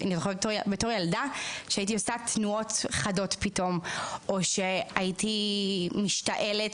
בתור ילדה הייתי עושה תנועות חדות פתאום או הייתי משתעלת